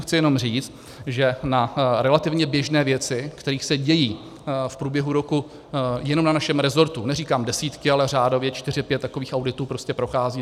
Chci tím jenom říct, že na relativně běžné věci, kterých se dějí v průběhu roku jenom na našem rezortu neříkám desítky, ale řádově čtyři, pět takových auditů prostě prochází.